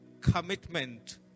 Commitment